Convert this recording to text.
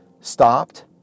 stopped